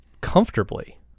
comfortably